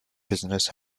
business